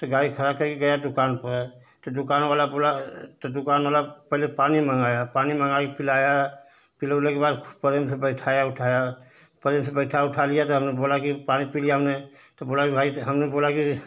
तो गाड़ी खड़ी करके गया दुकान पर तो दुकानवाला बोला दुकानवाला पहले पानी मँगाया पहले पानी मँगाकर पिलाया पी लेने के बाद प्रेम से बैठाया उठाया प्रेम से बैठा उठा लिया तो हमने बोला कि पानी पी लिया हमने तो बोला कि भाई हमने बोला कि